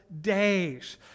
days